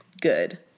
good